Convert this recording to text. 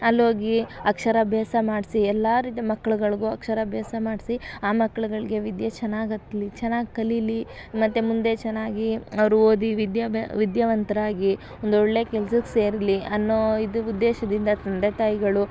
ಅಲ್ಲಿ ಹೋಗಿ ಅಕ್ಷರಾಭ್ಯಾಸ ಮಾಡಿಸಿ ಎಲ್ಲ ರೀತಿಯ ಮಕ್ಳುಗಳ್ಗೂ ಅಕ್ಷರಾಭ್ಯಾಸ ಮಾಡಿಸಿ ಆ ಮಕ್ಳುಗಳ್ಗೆ ವಿದ್ಯೆ ಚೆನ್ನಾಗಿ ಹತ್ಲಿ ಚೆನ್ನಾಗಿ ಕಲೀಲಿ ಮತ್ತು ಮುಂದೆ ಚೆನ್ನಾಗಿ ಅವ್ರು ಓದಿ ವಿದ್ಯಾಭ್ಯಾಸ ವಿದ್ಯಾವಂತರಾಗಿ ಒಂದು ಒಳ್ಳೆಯ ಕೆಲ್ಸಕ್ಕೆ ಸೇರಲಿ ಅನ್ನೋ ಇದು ಉದ್ದೇಶದಿಂದ ತಂದೆ ತಾಯಿಗಳು